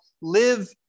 live